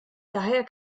daher